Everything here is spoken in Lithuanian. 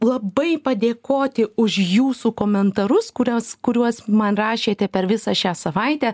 labai padėkoti už jūsų komentarus kurios kuriuos man rašėte per visą šią savaitę